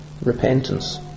repentance